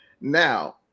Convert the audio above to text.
now